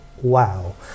wow